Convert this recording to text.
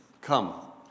Come